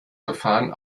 verfahren